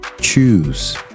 choose